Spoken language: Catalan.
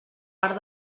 part